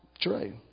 True